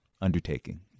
undertaking